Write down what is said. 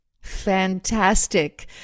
Fantastic